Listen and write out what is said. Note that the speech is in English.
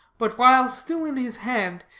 but while still in his hand,